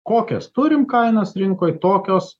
kokias turim kainas rinkoje tokios